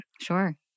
Sure